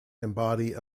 embody